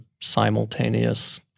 simultaneous